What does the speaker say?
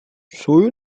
saya